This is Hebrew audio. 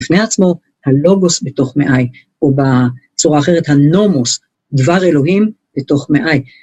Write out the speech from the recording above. לפני עצמו הלוגוס בתוך מעי, או בצורה אחרת הנומוס, דבר אלוהים, בתוך מעי.